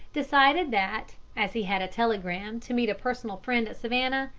decided that, as he had a telegram to meet a personal friend at savannah,